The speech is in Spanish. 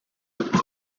este